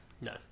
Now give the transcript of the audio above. No